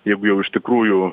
jeigu jau iš tikrųjų